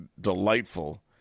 delightful